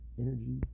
energy